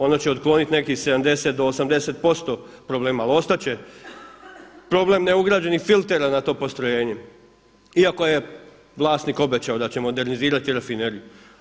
Ono će otkloniti nekih 70 do 80% problema, ali ostat će problem neugrađenih filtera na tom postrojenju, iako je vlasnik obećao da će modernizirati rafineriju.